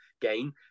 gain